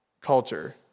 culture